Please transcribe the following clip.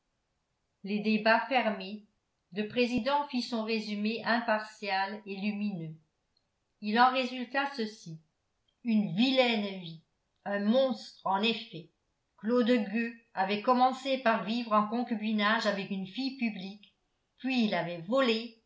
les débats fermés le président fit son résumé impartial et lumineux il en résulta ceci une vilaine vie un monstre en effet claude gueux avait commencé par vivre en concubinage avec une fille publique puis il avait volé